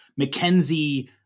McKenzie